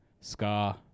Scar